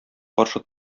каршы